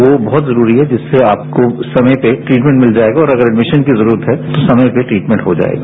वो बहुत जरूरी है जिससे आपको समय पर ट्रीटमेंट मिल जाएगा और अगर एडमिशन की जरूरत है तो समय पर ट्रीटमेंट हो जाएगा